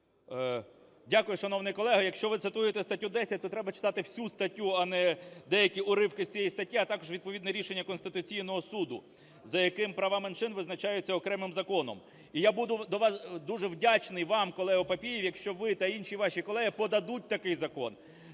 Дякую, шановний колего. Якщо ви цитуєте статтю 10, то треба читати всю статтю, а не деякі уривки з цієї статті, а також відповідне рішення Конституційного Суду, за яким права меншин визначаються окремим законом. І я буду дуже вдячний вам, колего Папієв, якщо ви та інші ваші колеги подадуть такий закон,